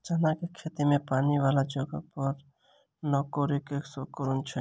चना केँ खेती पानि वला जगह पर नै करऽ केँ के कारण छै?